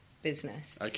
business